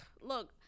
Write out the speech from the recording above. look